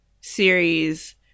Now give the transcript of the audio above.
series